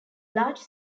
large